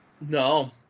No